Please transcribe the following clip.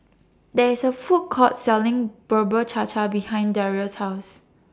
There IS A Food Court Selling Bubur Cha Cha behind Darius' House